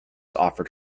offered